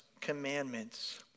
commandments